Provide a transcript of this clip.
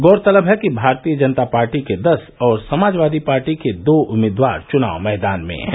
गौरतलब है कि भारतीय जनता पार्टी के दस और समाजवादी पार्टी के दो उम्मीदवार चुनाव मैदान में हैं